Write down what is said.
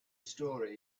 story